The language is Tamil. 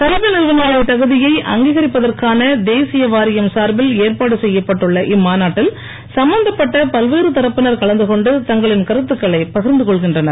கல்வி நிறுவனங்களின் தகுதியை அங்கீகரிப்பதற்கான தேசிய வாரியம் சார்பில் ஏற்பாடு செய்யப்பட்டுள்ள இம்மாநாட்டில் சம்பந்தப்பட்ட பல்வேறு தரப்பினர் கலந்துகொண்டு தங்களின் கருத்துக்களை பகிர்ந்து கொள்கின்றனர்